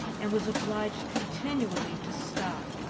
and was obliged continually to stop.